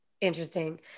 interesting